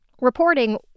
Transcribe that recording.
reporting